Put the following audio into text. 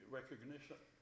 recognition